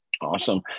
Awesome